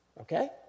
Okay